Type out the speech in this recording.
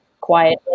quietly